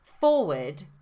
forward